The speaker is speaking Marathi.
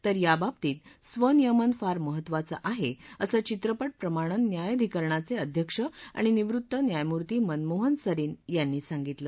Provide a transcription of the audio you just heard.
तर याबाबतीत स्व नियमन फार महत्त्वाचं आहे असं चित्रपट प्रमाणन न्यायधिकरणाचे अध्यक्ष आणि निवृत्त न्यायमूर्ती मनमोहन सरीन यांनी सांगितलं